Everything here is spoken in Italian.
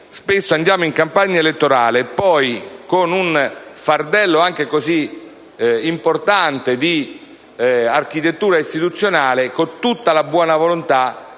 proponiamo in campagna elettorale, con un fardello così importante di architettura istituzionale, con tutta la buona volontà,